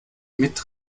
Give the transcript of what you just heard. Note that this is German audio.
mit